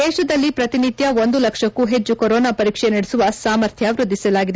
ದೇಶದಲ್ಲಿ ಪ್ರತಿನಿತ್ತ ಒಂದು ಲಕ್ಷಕ್ಕೂ ಹೆಚ್ಚು ಕೊರೊನಾ ಪರೀಕ್ಷೆ ನಡೆಸುವ ಸಾಮರ್ಥ್ವ ವೃದ್ದಿಸಲಾಗಿದೆ